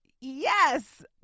Yes